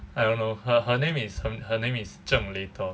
I don't know her her name is her her name is 正 later